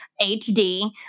HD